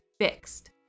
fixed